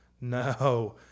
No